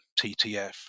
TTF